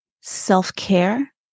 self-care